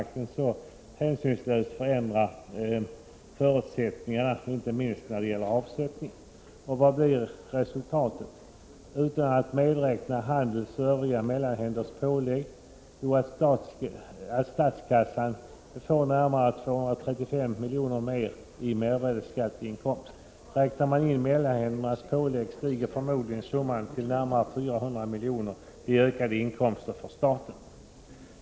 1986/87:99 hänsynslöst förändrar förutsättningarna, inte minst då det gäller avsätt — 1 april 1987 ningen? Och vad blir resultatet? Jo, det blir att statskassan utan att medräkna handelns och övriga mellanhänders pålägg tillskansar sig närmare 235 milj.kr. ytterligare i mervärdeskatt. Räknar man in mellanhändernas pålägg stiger förmodligen summan till närmare 400 milj.kr. i ökade inkomster för staten.